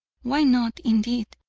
why not, indeed!